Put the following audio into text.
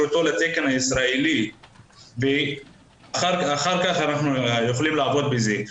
אותו לתקן הישראלי ואחר כך אנחנו יכולים לעבוד בזה.